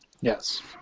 yes